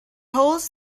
holds